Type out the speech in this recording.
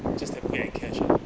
just that pay by cash lah